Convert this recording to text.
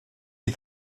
die